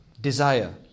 desire